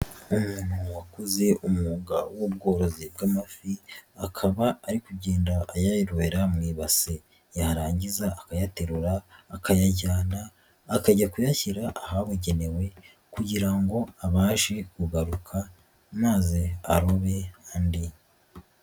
Umuntu wakoze umwuga w'ubworozi bw'amafi akaba ari kugenda ayarobera mu ibasi yarangiza akayaterura akayajyana akajya kuyashyira ahabugenewe kugira ngo abashe kugaruka maze arobe andi.